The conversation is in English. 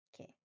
okay